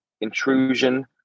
intrusion